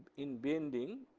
in bending,